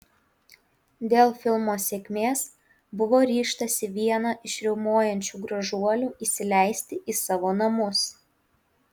dėl filmo sėkmės buvo ryžtasi vieną iš riaumojančių gražuolių įsileisti į savo namus